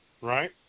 Right